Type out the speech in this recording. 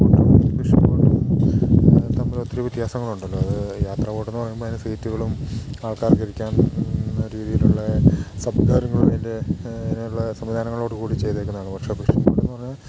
യാത്രാ ബോട്ടും ഫിഷ്ബോട്ടും തമ്മിൽ ഒത്തിരി വ്യത്യാസങ്ങൾ ഉണ്ടല്ലോ അത് യാത്ര ബോട്ടെന്ന് പറയുമ്പോൾ അതിൻ്റെ സീറ്റുകളും ആൾക്കാർക്ക് ഇരിക്കാൻ ന്ന രീതിയിലുള്ള സംവിധാനങ്ങളും അതിൻ്റെ അങ്ങനെയുള്ള സംവിധാനങ്ങളോട് കൂടി ചെയ്തേക്കുന്നതാണ് പക്ഷെ പ്രശ്നമെന്തെന്നു പറഞ്ഞാൽ